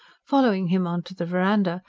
following him on to the verandah,